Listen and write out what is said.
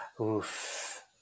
Oof